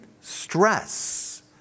stress